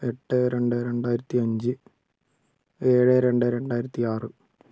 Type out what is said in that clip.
എട്ട് രണ്ട് രണ്ടായിരത്തി അഞ്ച് ഏഴ് രണ്ട് രണ്ടായിരത്തിയാറ്